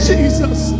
Jesus